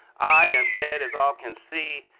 i am dead, as all can see,